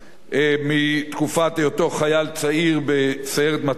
מתקופת היותו חייל צעיר בסיירת מטכ"ל.